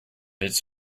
its